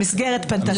המסגרת פנתה.